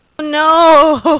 No